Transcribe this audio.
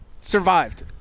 Survived